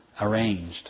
arranged